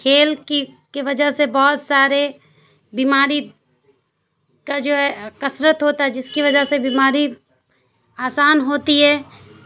کھیل کی کی وجہ سے بہت سارے بیماری کا جو ہے کثرت ہوتا ہے جس کی وجہ سے بیماری آسان ہوتی ہے